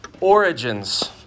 Origins